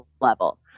level